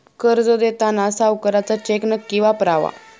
कर्ज देताना सावकाराचा चेक नक्की वापरावा